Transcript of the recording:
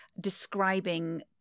describing